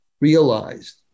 realized